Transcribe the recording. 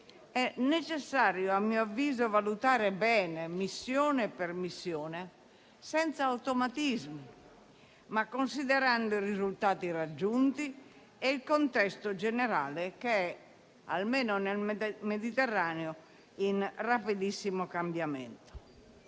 necessario valutare bene, missione per missione, senza automatismi, ma considerando i risultati raggiunti e il contesto generale che, almeno nel Mediterraneo, è in rapidissimo cambiamento.